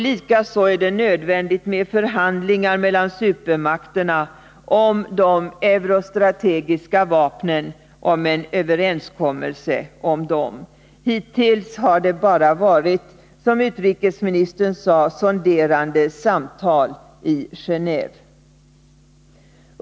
Likaså är det nödvändigt att genom förhandlingar mellan supermakterna uppnå en överenskommelse om de eurostrategiska vapnen. Hittills har det bara, som utrikesministern sade, varit sonderande samtal i Geneve.